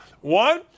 One